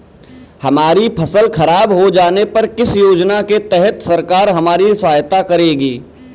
हमारी फसल खराब हो जाने पर किस योजना के तहत सरकार हमारी सहायता करेगी?